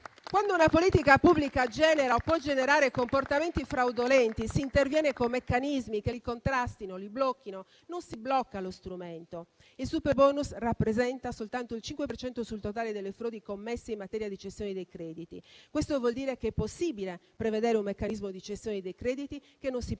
Quando una politica pubblica genera o può generare comportamenti fraudolenti si interviene con meccanismi che li contrastino e li blocchino, non si blocca lo strumento. Il superbonus rappresenta soltanto il 5 per cento sul totale delle frodi commesse in materia di cessioni dei crediti. Questo vuol dire che è possibile prevedere un meccanismo di cessione dei crediti che non si presti